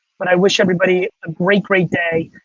but i wish everybody a great, great day.